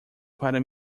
para